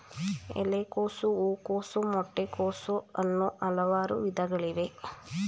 ಎಲೆಕೋಸು, ಹೂಕೋಸು, ಮೊಟ್ಟೆ ಕೋಸು, ಅನ್ನೂ ಹಲವಾರು ವಿಧಗಳಿವೆ